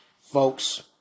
Folks